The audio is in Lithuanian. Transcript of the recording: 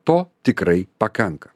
to tikrai pakanka